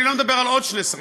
אני לא מדבר על עוד שני שרים,